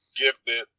gifted